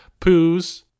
poos